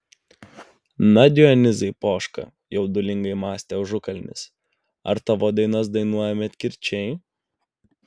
na dionizai poška jaudulingai mąstė ažukalnis ar tavo dainas dainuoja medkirčiai